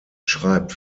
schreibt